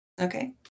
Okay